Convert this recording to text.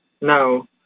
No